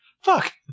fuck